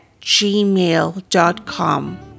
gmail.com